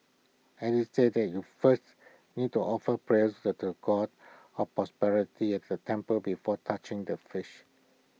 alice said you first need to offer prayers to the God of prosperity at the temple before touching the fish